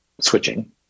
switching